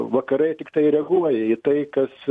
vakarai tiktai reaguoja į tai kas